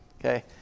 Okay